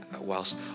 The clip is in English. whilst